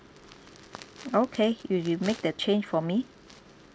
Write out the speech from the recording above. okay you you make the change for me